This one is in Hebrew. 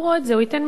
הוא ייתן מלגה.